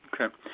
Okay